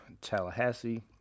Tallahassee